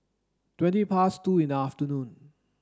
twenty past two in the afternoon